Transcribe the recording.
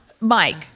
Mike